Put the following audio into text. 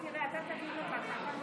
ההצעה להעביר את הצעת חוק לתיקון פקודת מס